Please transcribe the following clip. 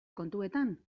kontuetan